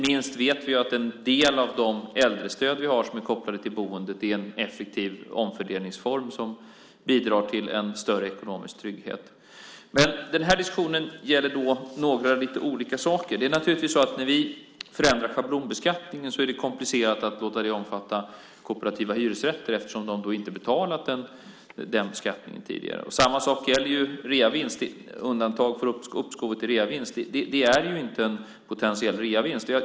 Vi vet att en del av de äldrestöd vi har som är kopplade till boendet är en effektiv omfördelningsform som bidrar till en större ekonomisk trygghet. Men den här diskussionen gäller några olika saker. När vi förändrar schablonbeskattningen är det komplicerat att låta det omfatta kooperativa hyresrätter eftersom de inte har betalat den skatten tidigare. Samma sak gäller undantaget för uppskov av reavinst. Det är inte en potentiell reavinst.